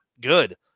good